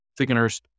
thickeners